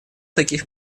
таких